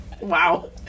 wow